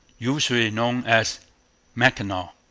usually known as mackinaw.